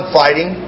fighting